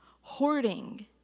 Hoarding